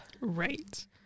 right